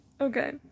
Okay